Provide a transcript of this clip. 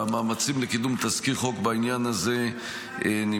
והמאמצים לקידום תזכיר חוק בעניין הזה נמשכים.